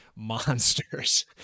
Monsters